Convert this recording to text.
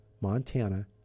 Montana